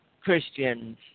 Christians